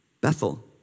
Bethel